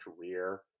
career